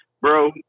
bro